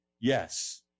Yes